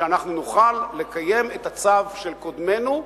שאנחנו נוכל לקיים את הצו של קודמינו,